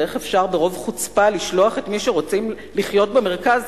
ואיך אפשר ברוב חוצפה לשלוח את מי שרוצים לחיות במרכז,